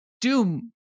Doom